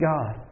God